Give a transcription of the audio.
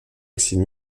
oxyde